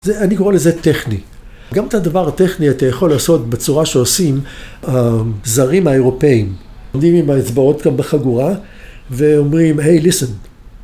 זה אני קורא לזה טכני, גם את הדבר הטכני אתה יכול לעשות בצורה שעושים הזרים האירופאים, עומדים עם האצבעות כאן בחגורה ואומרים hey listen.